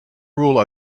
rule